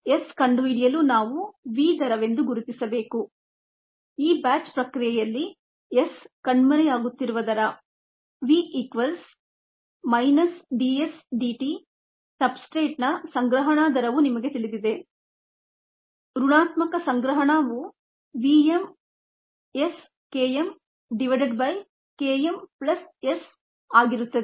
s ಕಂಡುಹಿಡಿಯಲು ನಾವು v ದರ ವೆಂದು ಗುರುತಿಸಬೇಕು ಈ ಬ್ಯಾಚ್ ಪ್ರಕ್ರಿಯೆಯಲ್ಲಿ s ಕಣ್ಮರೆಯಾಗುತ್ತಿರುವ ದರ v equals minus ds dt ಸಬ್ಸ್ಟ್ರೇಟ್ನ ಸಂಗ್ರಹಣಾ ದರವು ನಿಮಗೆ ತಿಳಿದಿದೆ ಋಣಾತ್ಮಕ ಸಂಗ್ರಹಣಾವು v m s k m divided by k m plus s ಆಗಿರುತ್ತದೆ